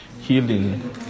Healing